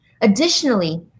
Additionally